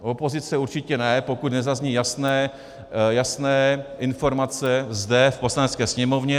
Opozice určitě ne, pokud nezazní jasné informace zde v Poslanecké sněmovně.